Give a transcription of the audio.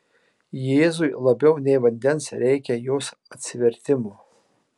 jėzui labiau nei vandens reikia jos atsivertimo